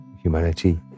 humanity